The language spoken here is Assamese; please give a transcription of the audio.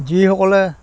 যিসকলে